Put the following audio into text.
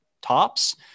tops